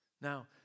Now